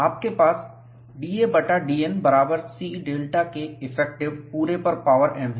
आपके पास d a बटा dN बराबर C Δ K इफेक्टिव पूरे पर पावर m है